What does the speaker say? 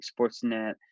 Sportsnet